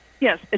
Yes